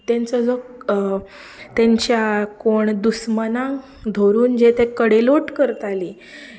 तेंचो जो तेंच्या कोण दुस्मानाक धरून ते जे खडेलोट करताली